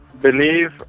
believe